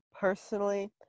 Personally